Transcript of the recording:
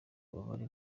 umubare